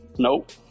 Nope